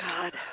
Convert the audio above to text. God